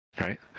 Right